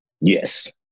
Yes